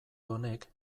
honek